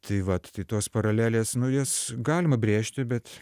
tai vat tai tos paralelės nu jas galima brėžti bet